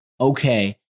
Okay